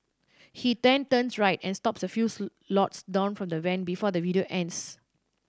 he then turns right and stops a few lots down from the van before the video ends